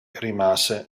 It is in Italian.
rimase